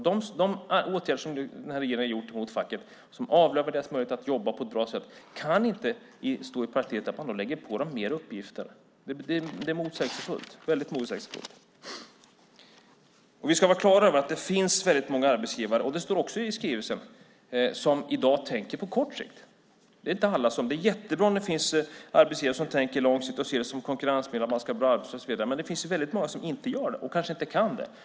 De åtgärder som den här regeringen har vidtagit mot facket avlövar deras möjlighet att jobba på ett bra sätt då man lägger på dem mer uppgifter. Det är väldigt motsägelsefullt. Vi ska vara klara över att det finns väldigt många arbetsgivare, vilket också står i skrivelsen, som i dag tänker på kort sikt. Det är jättebra om det finns arbetsgivare som tänker på lång sikt och ser det som en konkurrensfördel att ha en bra arbetsmiljö, men det finns väldigt många som inte gör det, och kanske inte kan göra det.